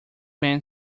man